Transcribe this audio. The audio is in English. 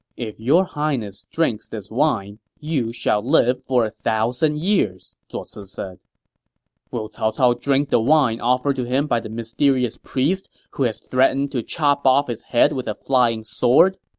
if your highness drinks this wine, you shall live for a thousand years, zuo ci said will cao cao drink the wine offered to him by the mysterious priest who has threatened to chop off his head with a flying sword?